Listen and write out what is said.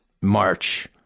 March